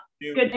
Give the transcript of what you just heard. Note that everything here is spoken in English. good